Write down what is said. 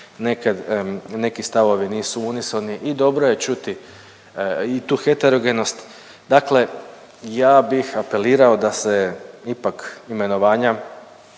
neki stavovi nisu unisoni i dobro je čuti i tu heterogenost. Dakle ja bih apelirao da se ipak imenovanja